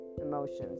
emotions